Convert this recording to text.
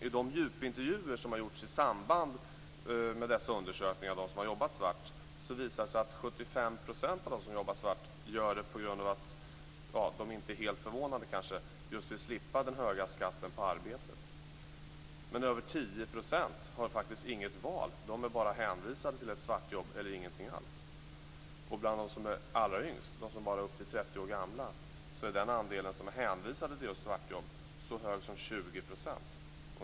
I de djupintervjuer som gjorts med svartjobbare i samband med dessa undersökningar framkommer att hela 75 % arbetar svart på grund av att, inte helt förvånande, vill slippa den höga skatten på arbetet. Men över 10 % har faktiskt inget val. De är hänvisade till svartjobb eller ingenting alls. Bland de allra yngsta, upp till 30 år gamla, är denna andel så hög som ca 20 %.